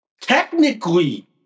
Technically